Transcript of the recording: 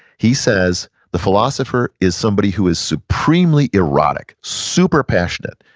he says the philosopher is somebody who is supremely erotic, super passionate,